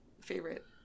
favorite